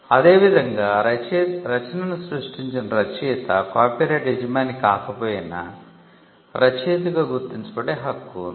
అదేవిధంగా రచనను సృష్టించిన రచయిత కాపీరైట్ యజమాని కాకపోయినా రచయితగా గుర్తించబడే హక్కు ఉంది